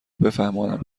بفهمانم